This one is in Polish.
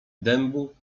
dębu